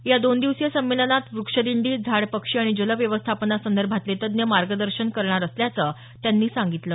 या दोन दिवसीय संमेलनात व्रक्षदिंडी झाड पक्षी आणि जल व्यवस्थापनासंदर्भातले तज्ज्ञ मार्गदर्शन करणार असल्याचं त्यांनी सांगितलं